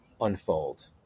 unfold